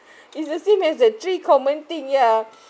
it's the same as the three common thing ya